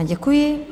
Děkuji.